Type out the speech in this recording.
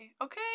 Okay